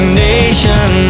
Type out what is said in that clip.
nation